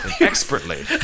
Expertly